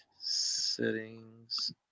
settings